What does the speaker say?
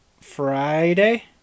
Friday